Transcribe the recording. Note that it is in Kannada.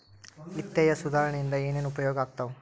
ವಿತ್ತೇಯ ಸುಧಾರಣೆ ಇಂದ ಏನೇನ್ ಉಪಯೋಗ ಆಗ್ತಾವ